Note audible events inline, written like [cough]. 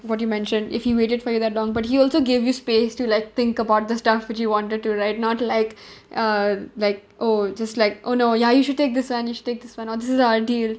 what you mention if he waited for you that long but he also gave you space to like think about the stuff that you wanted to right not like [breath] uh like oh just like oh no ya you should take this one you should take this one oh this is our deal